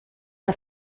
que